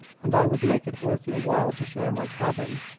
and i would make it worth your while to share my cabin.